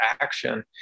action